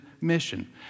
mission